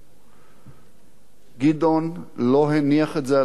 גדעון לא הניח את זה על השולחן ולו פעם אחת.